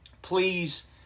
Please